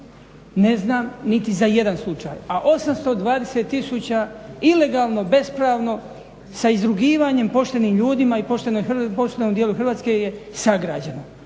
Ne znam niti za jedan slučaj, a 820 000 ilegalno bespravno sa izrugivanjem poštenim ljudima i poštenom dijelu Hrvatske je sagrađeno.